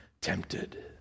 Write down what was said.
tempted